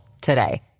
today